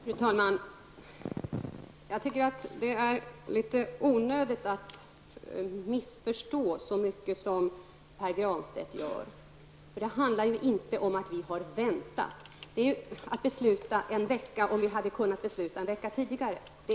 Fru talman! Jag tycker att det är litet onödigt att missförstå så mycket som Pär Granstedt gör. Det handlar inte om att vi har väntat med att besluta, när vi hade kunnat besluta en vecka tidigare.